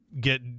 get